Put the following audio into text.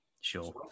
Sure